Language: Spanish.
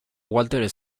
walter